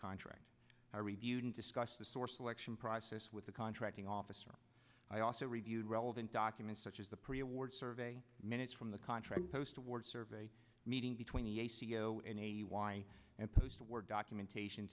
contract i reviewed and discussed the source election process with the contracting officer i also reviewed relevant documents such as the pre award survey minutes from the contract post award survey meeting between a c e o and a why and post war documentation